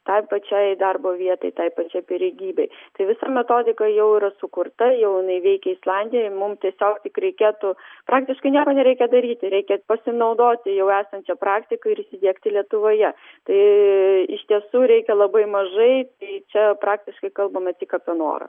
tai pačiai darbo vietai tai pačiai pareigybei tai visa metodika jau yra sukurta jau jinai veikia islandijoj mum tiesiog tik reikėtų praktiškai nieko nereikia daryti reikia pasinaudoti jau esančia praktika ir įsidiegti lietuvoje tai iš tiesų reikia labai mažai tai čia praktiškai kalbame tik apie norą